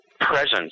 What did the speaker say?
presence